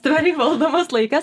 tvariai valdomas laikas